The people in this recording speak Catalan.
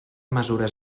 mesures